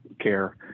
care